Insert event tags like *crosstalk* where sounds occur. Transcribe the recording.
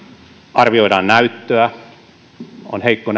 arvioidaan näyttöä on heikko *unintelligible*